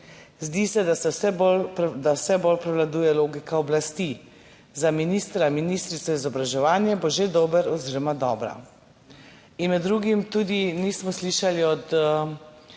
Zdi se, da vse bolj prevladuje logika oblasti, za ministra ali ministrico za izobraževanje bo že dober oziroma dobra." In med drugim tudi nismo slišali od